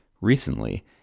Recently